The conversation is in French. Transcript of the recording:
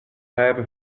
rêve